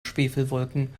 schwefelwolken